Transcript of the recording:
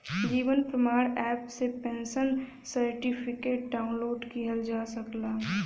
जीवन Pramaan app से pensioner certificate download किहल जा सकला